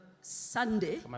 sunday